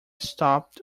stopped